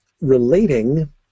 relating